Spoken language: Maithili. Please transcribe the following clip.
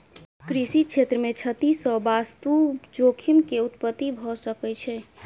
कृषि क्षेत्र मे क्षति सॅ वास्तु जोखिम के उत्पत्ति भ सकै छै